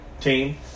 team